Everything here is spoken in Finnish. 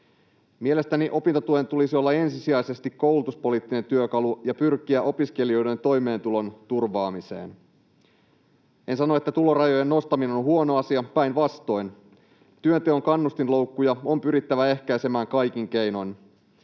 Mielestäni opintotuen tulisi olla ensisijaisesti koulutuspoliittinen työkalu ja pyrkiä opiskelijoiden toimeentulon turvaamiseen. En sano, että tulorajojen nostaminen on huono asia — päinvastoin, työnteon kannustinloukkuja on pyrittävä ehkäisemään kaikin keinoin.